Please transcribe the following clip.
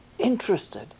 interested